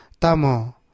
tamo